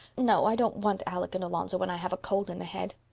no, i don't want alec and alonzo when i have a cold in the head.